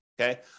okay